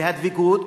והדבקות,